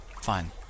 fine